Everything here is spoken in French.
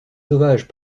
sauvages